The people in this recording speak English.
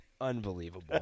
Unbelievable